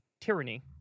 tyranny